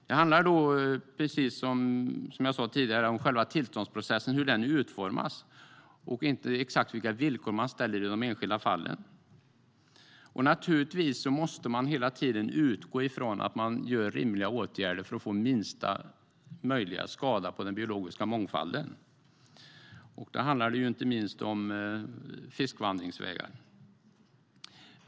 Det handlar, precis som jag sa tidigare, om hur själva tillståndsprocessen utformas och inte exakt om vilka villkor man ställer i de enskilda fallen. Naturligtvis måste man hela tiden utgå från att man vidtar rimliga åtgärder för att få minsta möjliga skada på den biologiska mångfalden. Det handlar inte minst om fiskvandringsvägar.